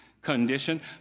condition